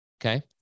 Okay